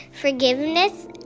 forgiveness